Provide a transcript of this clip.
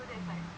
mm